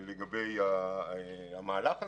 לגבי המהלך הזה,